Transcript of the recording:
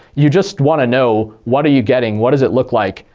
you just want to know what are you getting, what does it look like,